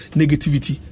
negativity